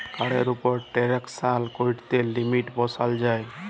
কাড়ের উপর টেরাল্সাকশন ক্যরার লিমিট বসাল যায়